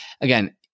again